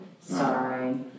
sorry